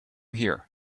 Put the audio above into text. here